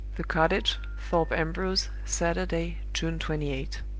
the cottage, thorpe ambrose, saturday, june twenty eight.